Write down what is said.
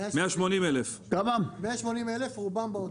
180,000 דונם, רובם בעוטף.